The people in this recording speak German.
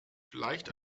vielleicht